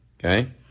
Okay